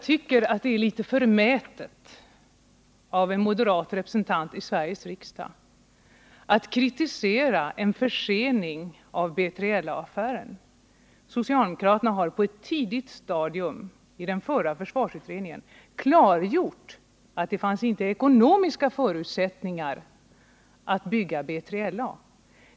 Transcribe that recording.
Det är litet förmätet av en moderat representant i Sveriges riksdag att kritisera en försening av B3LA-affären. Socialdemokraterna klargjorde på ett tidigt stadium i den förra försvarsutredningen att det inte fanns ekonomiska förutsättningar för att bygga B3LA.